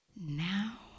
now